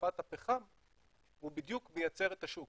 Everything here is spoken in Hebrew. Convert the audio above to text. החלפת הפחם הוא בדיוק מייצר את השוק.